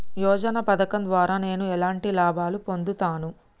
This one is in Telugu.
యోజన పథకం ద్వారా నేను ఎలాంటి లాభాలు పొందుతాను?